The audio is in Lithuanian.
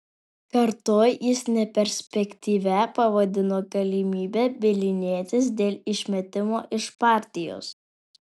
kartu jis neperspektyvia pavadino galimybę bylinėtis dėl išmetimo iš partijos